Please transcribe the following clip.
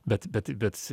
bet bet bet